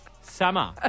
summer